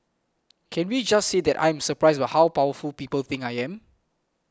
can we just say that I am surprised how powerful people think I am